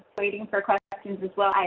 waiting for questions as well,